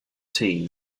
team